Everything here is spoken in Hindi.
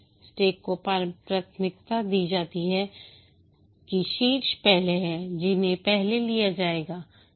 स्टैक को प्राथमिकता दी जाती है कि शीर्ष पहले हैं जिन्हें पहले लिया जाएगा